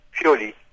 purely